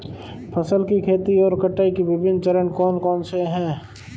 फसल की खेती और कटाई के विभिन्न चरण कौन कौनसे हैं?